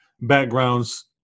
backgrounds